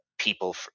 People